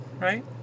right